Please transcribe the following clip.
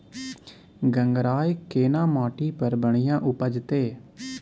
गंगराय केना माटी पर बढ़िया उपजते?